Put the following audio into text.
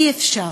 אי-אפשר